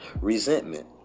resentment